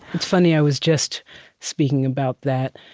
it's funny i was just speaking about that